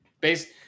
Based